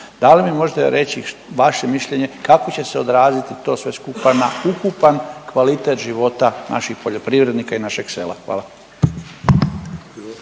Da li mi možete reći vaše mišljenje, kako će se odraziti to sve skupa na ukupan kvalitet života naših poljoprivrednika i našeg sela? Hvala.